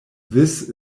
this